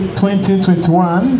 2021